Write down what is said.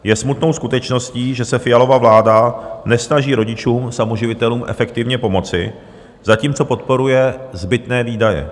Je smutnou skutečností, že se Fialova vláda nesnaží rodičům samoživitelům efektivně pomoci, zatímco podporuje zbytné výdaje.